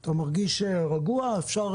אתה מרגיש רגוע, אפשר